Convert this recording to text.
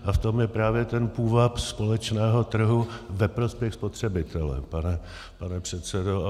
A v tom je právě ten půvab společného trhu ve prospěch spotřebitele, pane předsedo.